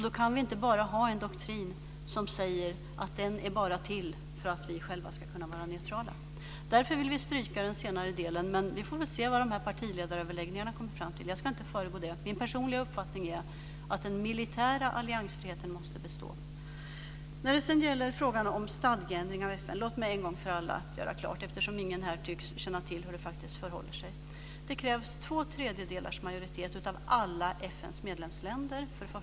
Då kan vi inte bara ha en doktrin som säger att den bara är till för att vi själva ska kunna vara neutrala. Därför vill vi stryka den senare delen. Vi får väl se vad partiledaröverläggningarna leder fram till. Jag ska inte föregå dem men min personliga uppfattning är att den militära alliansfriheten måste bestå. När det gäller frågan om stadgeändringar och FN vill jag, eftersom ingen här tycks känna till hur det faktiskt förhåller sig, en gång för alla göra klart hur det faktiskt förhåller sig. Det krävs två tredjedelars majoritet av alla FN:s medlemsländer.